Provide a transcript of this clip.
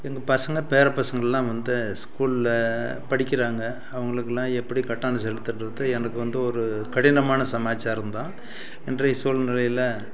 எங்கள் பசங்கள் பேர பசங்கெல்லாம் வந்து ஸ்கூலில் படிக்கிறாங்க அவங்களுக்குலாம் எப்படி கட்டணம் செலுத்துவது எனக்கு வந்து ஒரு கடினமான சமாச்சாரம் தான் இன்றைய சூழ்நிலையில